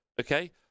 okay